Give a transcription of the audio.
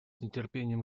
нетерпением